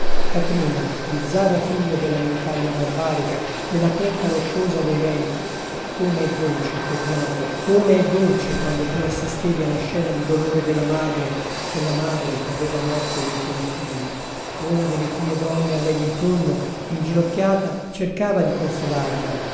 catrina bizzarra figlia della montagna barbarica della conca rocciosa dei venti come è dolce il tuo pianto come è dolce quando tu assistevi alla scena di dolore della madre della madre che aveva morto l'ultimo figlio una delle pie donne a lei dintorno inginocchiata cercava di consolarla